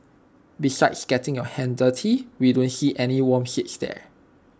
besides getting your hands dirty we don't see any warm seats there